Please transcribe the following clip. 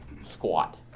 squat